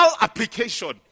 application